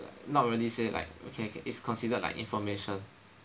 not really say like okay is considered like information